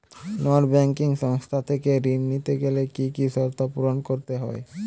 নন banking সংস্থা থেকে ঋণ নিতে গেলে কি কি শর্ত পূরণ করতে হয়?